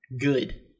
good